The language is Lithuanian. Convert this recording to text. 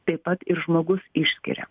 taip pat ir žmogus išskiria